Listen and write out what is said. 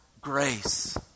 grace